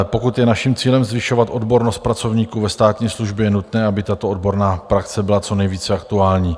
Pokud je naším cílem zvyšovat odbornost pracovníků ve státní službě, je nutné, aby tato odborná praxe byla co nejvíc aktuální.